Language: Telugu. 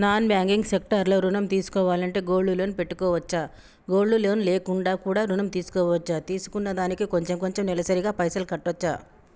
నాన్ బ్యాంకింగ్ సెక్టార్ లో ఋణం తీసుకోవాలంటే గోల్డ్ లోన్ పెట్టుకోవచ్చా? గోల్డ్ లోన్ లేకుండా కూడా ఋణం తీసుకోవచ్చా? తీసుకున్న దానికి కొంచెం కొంచెం నెలసరి గా పైసలు కట్టొచ్చా?